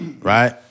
right